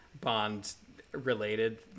Bond-related